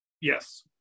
Yes